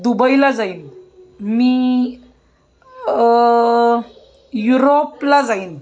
दुबईला जाईन मी युरोपला जाईन